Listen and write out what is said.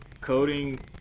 coding